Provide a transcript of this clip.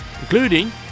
Including